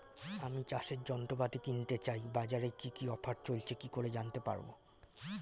আমি চাষের যন্ত্রপাতি কিনতে চাই বাজারে কি কি অফার চলছে কি করে জানতে পারবো?